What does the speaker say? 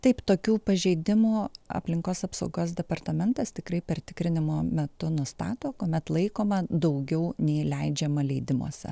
taip tokių pažeidimų aplinkos apsaugos departamentas tikrai per tikrinimo metu nustato kuomet laikoma daugiau nei leidžiama leidimuose